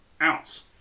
ounce